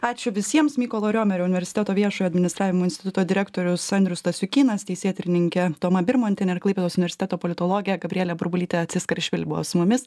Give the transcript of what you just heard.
ačiū visiems mykolo riomerio universiteto viešojo administravimo instituto direktorius andrius stasiukynas teisėtyrininkė toma birmontienė ir klaipėdos universiteto politologė gabrielė burbulytė tsiskarišvili buvo su mumis